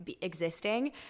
existing